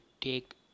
take